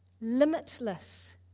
limitless